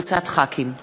הצעת חוק התקשורת (בזק ושידורים)